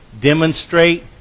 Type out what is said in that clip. demonstrate